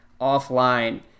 offline